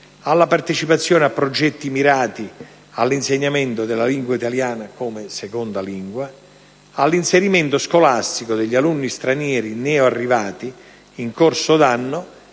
alla partecipazione a progetti mirati all'insegnamento della lingua italiana come seconda lingua; all'inserimento scolastico degli alunni stranieri neoarrivati in corso d'anno